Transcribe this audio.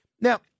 Now